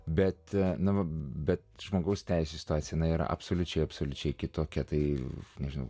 bet na bet žmogaus teisių įstatyme yra absoliučiai absoliučiai kitokia tai nežinau